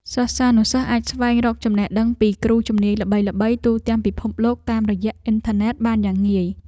សិស្សានុសិស្សអាចស្វែងរកចំណេះដឹងពីគ្រូជំនាញល្បីៗទូទាំងពិភពលោកតាមរយៈអ៊ិនធឺណិតបានយ៉ាងងាយ។